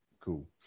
cool